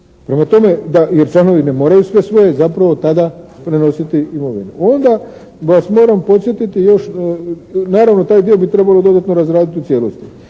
Prema tome, da i članovi ne moraju sve svoje zapravo tada prenositi imovinu. Onda vas moram podsjetiti još, naravno taj dio bi trebalo dodatno razraditi u cijelosti